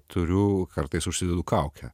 turiu kartais užsidedu kaukę